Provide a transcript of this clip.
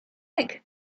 think